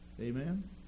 Amen